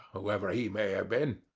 whoever he may have been.